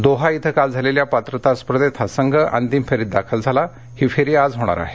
Doha इथं काल झालेल्या पात्रता स्पर्धेत हा संघ अंतिम फेरीत दाखल झाला ही फेरी आज होणार आहे